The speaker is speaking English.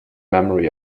memory